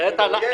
אבל יש.